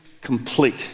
complete